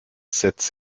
setzt